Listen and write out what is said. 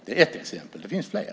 Det är ett exempel. Det finns fler.